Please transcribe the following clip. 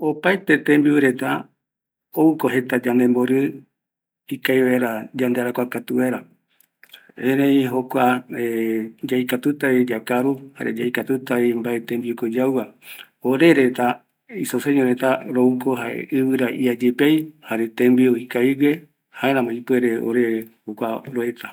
Opaete tembiu reta ouko yande mbori, ikavi vaera yandearakua, erei jokua yaikatutavi yakaru, jare yaikatu tavi mbae tembiuko yauva, orereta rouko ivira ia yepeei jare tembiu ikavigue, jaerami ipuere